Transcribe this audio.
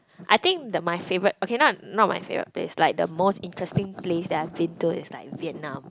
I think the my favourite okay not not my favourite place like the most interesting place that I have been through is like Vietnam